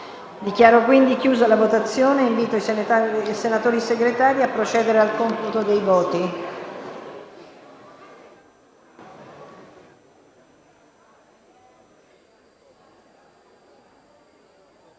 Dichiaro chiusa la votazione e invito i senatori Segretari a procedere al computo dei voti.